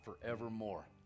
forevermore